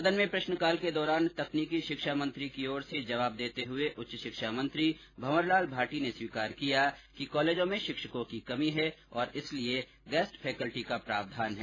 सदन में प्रश्नकाल के दौरान तकनीकी शिक्षा मंत्री की ओर से जवाब देते हए उच्च शिक्षा मंत्री भंवरलाल भाटी ने स्वीकार किया कि कॉलेजों में शिक्षकों की कमी है और इसलिए गेस्ट फैकल्टी का प्रावधान है